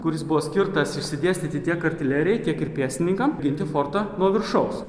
kuris buvo skirtas išsidėstyti tiek artilerijai tiek ir pėstininkam ginti fortą nuo viršaus